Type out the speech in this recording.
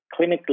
clinically